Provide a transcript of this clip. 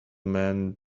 man